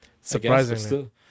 surprisingly